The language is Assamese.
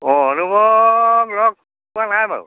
অঁ অনুপক লগ পোৱা নাই বাৰু